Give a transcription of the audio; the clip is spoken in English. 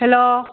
hello